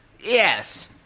Yes